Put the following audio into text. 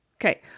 Okay